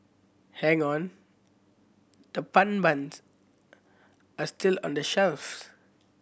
hang on the pun buns are still on the shelves